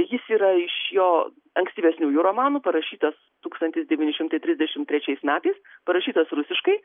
jis yra iš jo ankstyvesniųjų romanų parašytas tūkstantis devyni šimtai trisdešim trečiais metais parašytas rusiškai